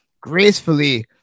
gracefully